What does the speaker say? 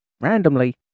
randomly